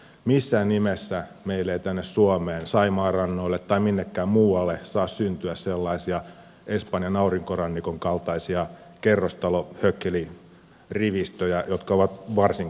missään nimessä meille ei tänne suomeen saimaan rannoille tai minnekään muualle saa syntyä sellaisia espanjan aurinkorannikon kaltaisia kerrostalohökkelirivistöjä jotka ovat varsin karmean näköisiä